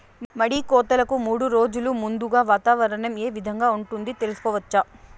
మడి కోతలకు మూడు రోజులు ముందుగా వాతావరణం ఏ విధంగా ఉంటుంది, తెలుసుకోవచ్చా?